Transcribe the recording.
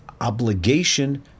obligation